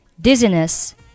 Dizziness